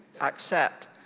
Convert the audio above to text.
accept